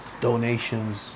donations